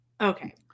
okay